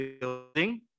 building